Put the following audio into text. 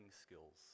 skills